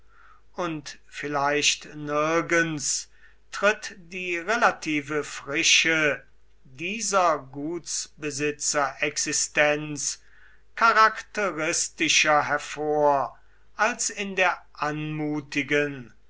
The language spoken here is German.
und vielleicht nirgends tritt die relative frische dieser gutsbesitzerexistenz charakteristischer hervor als in der anmutigen